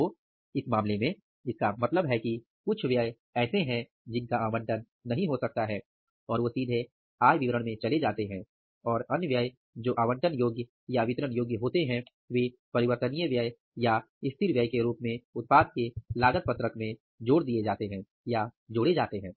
तो इस मामले में इसका मतलब है कि कुछ व्यय ऐसे है जिनका आवंटन नहीं हो सकता है और वो सीधे आय विवरण में चले जाते हैं और अन्य व्यय जो आवंटन योग्य या वितरण योग्य होते हैं वे परिवर्तनीय व्यय या स्थिर व्यय के रूप में उत्पाद के लागत पत्रक में जोड़ दिए जाते हैं जोड़े जाते हैं